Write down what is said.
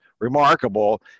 remarkable